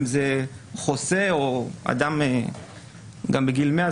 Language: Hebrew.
אם זה חוסה או אדם גם בגיל 100,